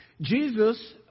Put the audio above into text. jesus